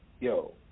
yo